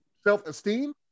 self-esteem